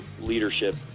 leadership